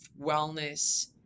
wellness